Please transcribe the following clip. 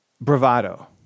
bravado